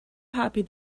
happy